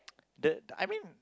that I mean